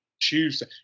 Tuesday